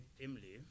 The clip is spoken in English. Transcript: Emily